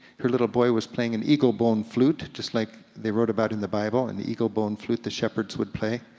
her little boy was playing an eagle bone flute, just like they wrote about in the bible, and the eagle bone flute the shepherds would play.